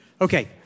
Okay